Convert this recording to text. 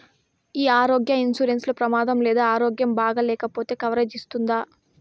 ఈ ఆరోగ్య ఇన్సూరెన్సు లో ప్రమాదం లేదా ఆరోగ్యం బాగాలేకపొతే కవరేజ్ ఇస్తుందా?